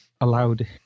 allowed